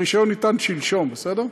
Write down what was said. הרישיון ניתן שלשום, בסדר?